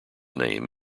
name